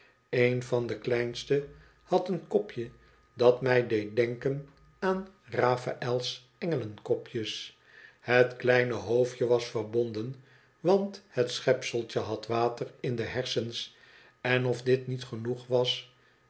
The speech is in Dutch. eén van de kleinste had een kopje dat mij deed denken aan rafaels engelenkopjes het kleine hoofdje was verbonden want het schepseltje had water in de hersens en of dit niet genoeg was